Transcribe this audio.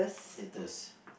latest